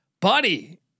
buddy